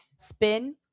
spin